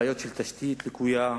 בעיות של תשתית לקויה,